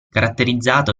caratterizzato